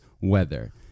weather